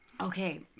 Okay